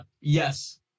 Yes